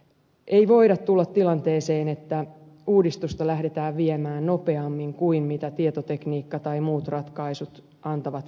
ei voida tulla tilanteeseen että uudistusta lähdetään viemään nopeammin kuin tietotekniikka tai muut ratkaisut antavat periksi